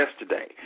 yesterday